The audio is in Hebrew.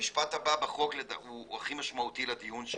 המשפט הבא בחוק הוא הכי משמעותי לדיון שלנו,